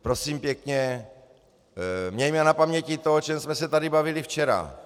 Prosím pěkně, mějme na paměti to, o čem jsme se tady bavili včera.